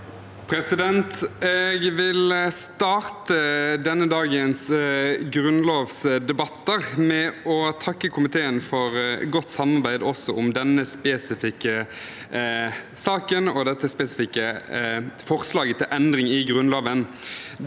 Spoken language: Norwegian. denne debatten, av alle dagens grunnlovsdebatter, med å takke komiteen for godt samarbeid, også om denne spesifikke saken og dette spesifikke forslaget til endring i Grunnloven.